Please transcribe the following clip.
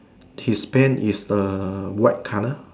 his pant is the white colour